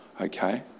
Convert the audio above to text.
okay